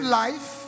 life